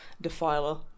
defiler